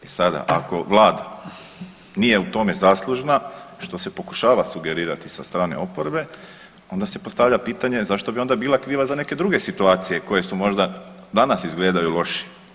I sada, ako Vlada nije u tome zaslužna, što se pokušava sugerirati sa strane oporbe, onda se postavlja pitanje zašto bi onda bila kriva za neke druge situacije koje su možda danas izgledaju lošije.